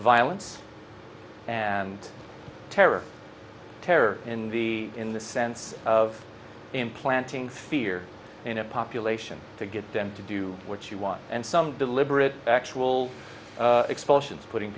violence and terror terror in the in the sense of implanting fear in a population to get them to do what you want and some deliberate actual expulsions putting